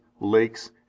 lakes